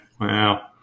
Wow